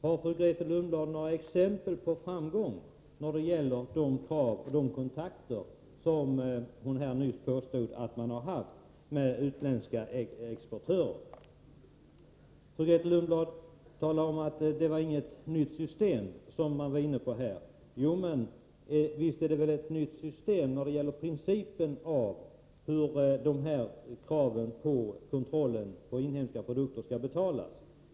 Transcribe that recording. Har Grethe Lundblad några exempel på framgång när det gäller de krav man ställt vid de kontakter som man enligt hennes påstående har haft med utländska exportörer? Grethe Lundblad sade att det inte är något nytt system som nu förespråkas. Men visst är det väl fråga om ett prinicipiellt nytt system när det gäller hur den här kontrollen på inhemska produkter skall betalas.